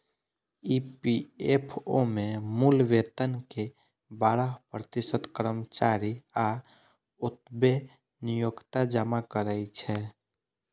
EPFO मे मूल वेतन के बारह प्रतिशत कर्मचारी आ ओतबे नियोक्ता जमा करै छै